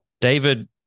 David